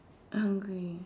hungry